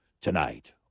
tonight